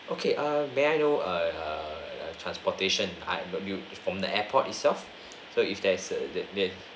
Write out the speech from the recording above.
okay err may I know err err transportation I have to book is from the airport itself so if there is a that